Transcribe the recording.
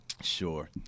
Sure